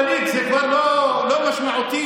ואליד, זה כבר לא משמעותי.